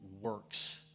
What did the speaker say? works